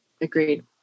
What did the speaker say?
Agreed